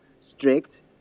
strict